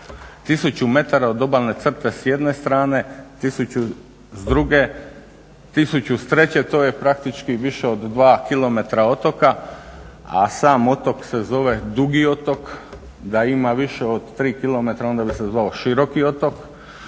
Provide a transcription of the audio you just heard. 1000 metara od obalne crte s jedne strane, 1000 s druge, 1000 s treće, to je praktički više od 2 kilometra otoka, a sam otok se zove Dugi Otok, da ima više od 3 kilometra, onda bi se zvao široki otok.